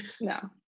no